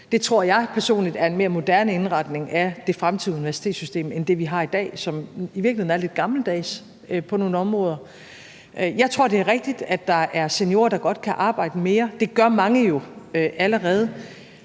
Det tror jeg personligt er en mere moderne indretning af det fremtidige universitetssystem end det, vi har i dag, som i virkeligheden er lidt gammeldags på nogle områder. Jeg tror, det er rigtigt, at der er seniorer, der godt kan arbejde mere. Det gør mange jo allerede,